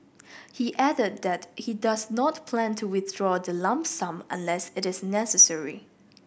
he added that he does not plan to withdraw the lump sum unless it is necessary